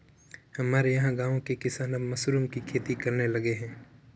हमारे यहां गांवों के किसान अब मशरूम की खेती करने लगे हैं